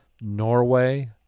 Norway